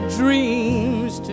dreams